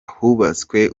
hubatswe